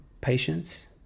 patience